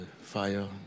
fire